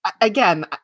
again